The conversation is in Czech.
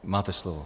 Máte slovo.